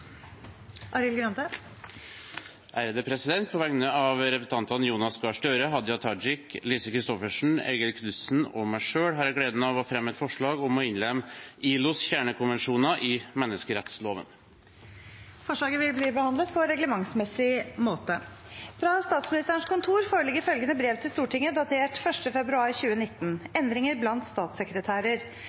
På vegne av representantene Jonas Gahr Støre, Hadia Tajik, Lise Christoffersen, Eigil Knutsen og meg selv har jeg gleden av å fremme et forslag om å innlemme ILOs kjernekonvensjoner i menneskerettsloven. Forslaget vil bli behandlet på reglementsmessig måte. Fra Statsministerens kontor foreligger følgende brev til Stortinget, datert 1. februar 2019: «Endringer blant statssekretærer